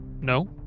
no